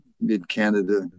mid-canada